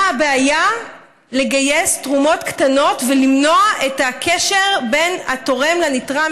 מה הבעיה לגייס תרומות קטנות ולמנוע את הקשר בין התורם לנתרם,